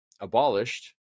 abolished